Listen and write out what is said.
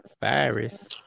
Virus